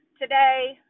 today